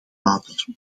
later